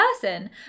person